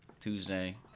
Tuesday